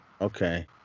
Okay